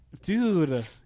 dude